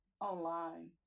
online